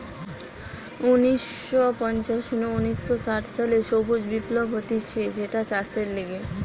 উনিশ শ পঞ্চাশ নু উনিশ শ ষাট সালে সবুজ বিপ্লব হতিছে যেটা চাষের লিগে